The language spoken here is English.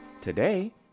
today